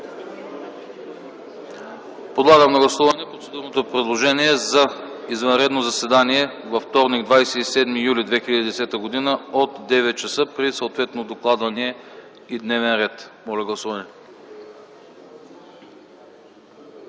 Подлагам на гласуване процедурното предложение за извънредно заседание във вторник, 27 юли 2010 г., от 9,00 ч. при съответно докладвания дневен ред. Гласували